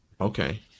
Okay